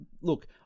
look